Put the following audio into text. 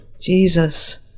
Jesus